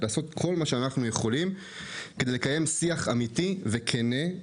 לעשות כל שביכולתנו כדי לקיים שיח אמיתי וכנה,